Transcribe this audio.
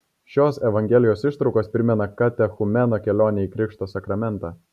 šios evangelijos ištraukos primena katechumeno kelionę į krikšto sakramentą